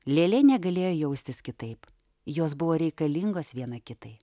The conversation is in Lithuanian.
lėlė negalėjo jaustis kitaip jos buvo reikalingos viena kitai